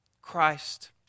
Christ